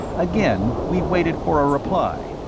again we waited for a reply.